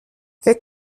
فکر